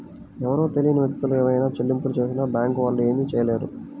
ఎవరో తెలియని వ్యక్తులు ఏవైనా చెల్లింపులు చేసినా బ్యేంకు వాళ్ళు ఏమీ చేయలేరు